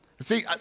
see